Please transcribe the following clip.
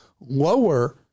lower